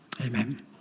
amen